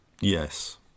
Yes